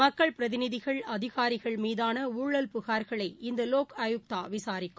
மக்கள் பிரதிநிதகள் அதிகாரிகள் மீதான ஊழல் புகார்களை இந்த லோக் ஆயுக்தா விசாரிக்கும்